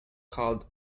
called